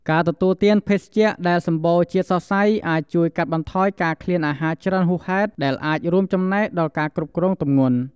ការទទួលទានភេសជ្ជៈដែលសម្បូរជាតិសរសៃអាចជួយកាត់បន្ថយការឃ្លានអាហារច្រើនហួសហេតុ ដែលអាចរួមចំណែកដល់ការគ្រប់គ្រងទម្ងន់។